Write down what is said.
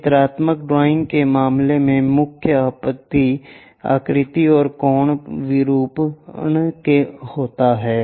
चित्रात्मक ड्राइंग के मामले में मुख्य आपत्ति आकृति और कोण विरूपण होता है